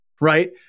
right